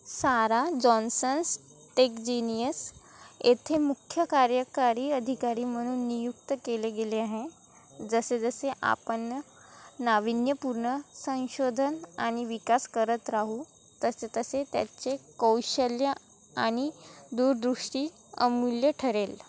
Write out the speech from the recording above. सारा Johnson's TechGenius येथे मुख्य कार्यकारी अधिकारी म्हणून नियुक्त केले गेले आहे जसे जसे आपण नाविन्यपूर्ण संशोधन आणि विकास करत राहू तसे तसे त्याचे कौशल्य आणि दूरदृष्टी अमूल्य ठरेल